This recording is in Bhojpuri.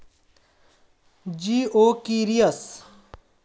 जिओकरिस एगो परभक्षी कीट हवे जवन की फूल पौधा के रस चुसेवाला कीड़ा के खात हवे